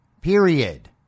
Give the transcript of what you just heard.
Period